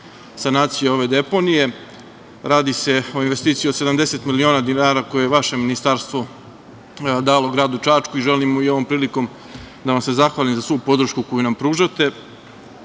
sanacije ove deponije. Radi se o investiciji od 70.000.000 dinara koje je vaše Ministarstvo dalo gradu Čačku i želimo i ovom prilikom da vam se zahvalim za svu podršku koju nam pružate. Mislim